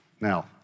Now